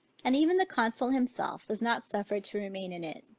and even the consul himself was not suffered to remain in it.